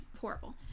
Horrible